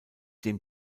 dem